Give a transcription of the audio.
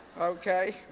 Okay